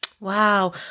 Wow